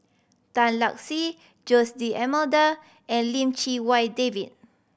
Tan Lark Sye Jose D'Almeida and Lim Chee Wai David